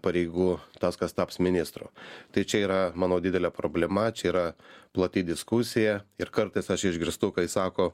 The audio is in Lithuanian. pareigų tas kas taps ministru tai čia yra manau didelė problema čia yra plati diskusija ir kartais aš išgirstu kai sako